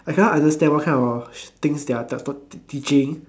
I cannot understand what kind of things they are t~ t~ teaching